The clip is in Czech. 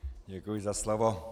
Děkuji za slovo.